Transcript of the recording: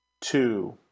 two